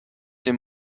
dem